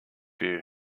you